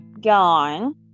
gone